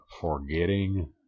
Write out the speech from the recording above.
forgetting